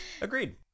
Agreed